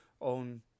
own